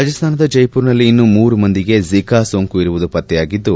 ರಾಜಸ್ತಾನದ ಜೈಸುರದಲ್ಲಿ ಇನ್ನೂ ಮೂರು ಮಂದಿಗೆ ಜೆಕಾ ಸೋಂಕು ಇರುವುದು ಪತ್ತೆಯಾಗಿದ್ದು